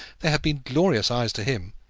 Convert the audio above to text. they had been glorious eyes to him,